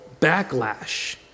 backlash